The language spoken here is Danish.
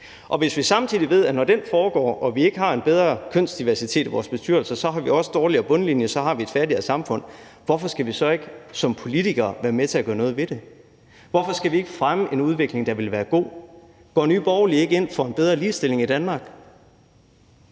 Hvis vi samtidig ved, at vi, når den foregår og vi ikke har en bedre kønsdiversitet i vores bestyrelser, også får en dårligere bundlinje og har et fattigere samfund, hvorfor skal vi så ikke som politikere være med til at gøre noget ved det? Hvorfor skal vi ikke fremme en udvikling, der vil være god? Går Nye Borgerlige ikke ind for mere ligestilling i Danmark?